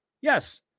Yes